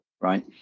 right